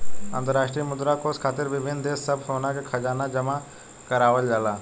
अंतरराष्ट्रीय मुद्रा कोष खातिर विभिन्न देश सब सोना के खजाना जमा करावल जाला